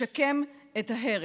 לשקם את ההרס.